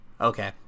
okay